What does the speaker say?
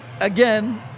Again